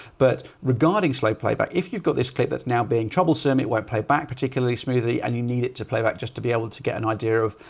but regarding slow playback if you've got this clip, that's now being troublesome it won't play back particularly smoothly and you need it to play back just to be able to get an idea of,